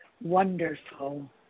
Wonderful